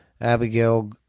Abigail